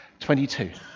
22